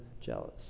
jealous